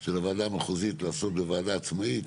של הוועדה המחוזית לעשות בוועדה מקומית עצמאית,